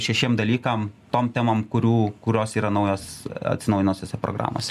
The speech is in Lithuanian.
šešiem dalykam tom temom kurių kurios yra naujos atsinaujinusiose programose